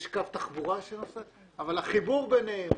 יש קו תחבורה שנוסע אבל החיבור ביניהם,